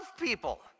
people